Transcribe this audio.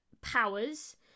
powers